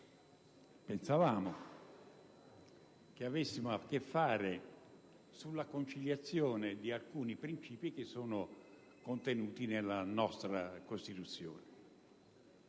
pensavamo di avere a che fare con la conciliazione di alcuni principi contenuti nella nostra Costituzione: